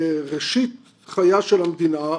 בראשית חייה של המדינה,